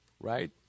right